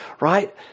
right